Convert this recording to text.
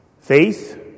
Faith